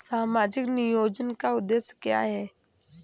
सामाजिक नियोजन का उद्देश्य क्या है?